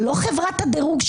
לא חברת הדירוג,